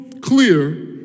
clear